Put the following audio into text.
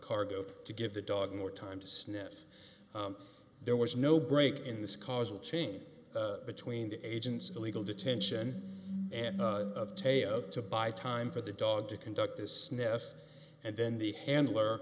cargo to give the dog more time to sniff there was no break in this causal chain between the agents illegal detention and teo to buy time for the dog to conduct a sniff and then the handler